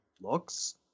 looks